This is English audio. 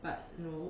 but nope